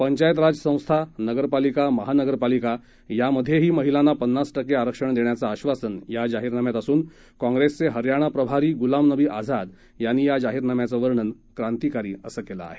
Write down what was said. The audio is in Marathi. पंचायत राज संस्था नगरपालिका महानगरपालिका यामध्येही महिलांना पन्नास टक्के आरक्षण देण्याचं आश्वासन ह्या जाहीरनाम्यात असून काँग्रेसचे हरयाणा प्रभारी गुलाम नबी आझाद यांनी या जाहीरनाम्याचं वर्णन क्रांतिकारी असं केलं आहे